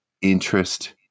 interest